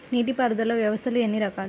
నీటిపారుదల వ్యవస్థలు ఎన్ని రకాలు?